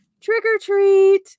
trick-or-treat